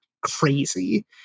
crazy